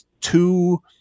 two